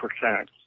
percent